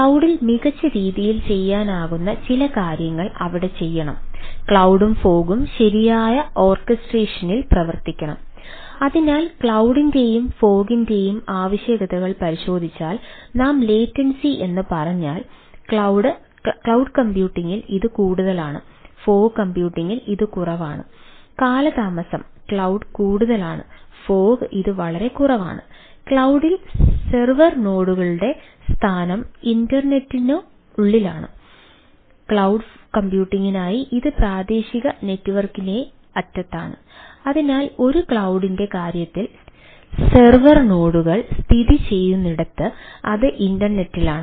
ക്ലൌഡിൽ പ്രവർത്തിക്കണം അതിനാൽ ക്ലൌഡ് കൾ സ്ഥിതിചെയ്യുന്നിടത്ത് അത് ഇന്റർനെറ്റിലാണ്